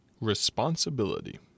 Responsibility